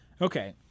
okay